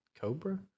cobra